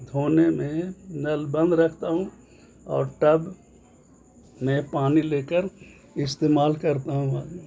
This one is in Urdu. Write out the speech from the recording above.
دھونے میں نل بند رکھتا ہوں اور ٹب میں پانی لے کر استعمال کرتا ہوں